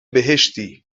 بهشتی